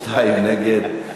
שניים נגד,